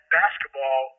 basketball